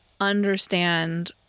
understand